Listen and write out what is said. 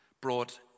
brought